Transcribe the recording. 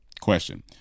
Question